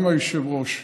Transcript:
גם היושב-ראש,